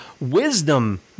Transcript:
wisdom